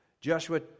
Joshua